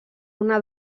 una